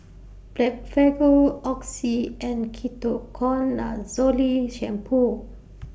Blephagel Oxy and Ketoconazole Shampoo